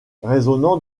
résonnant